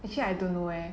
actually I don't know eh